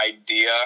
idea